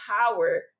power